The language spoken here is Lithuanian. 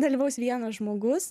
dalyvaus vienas žmogus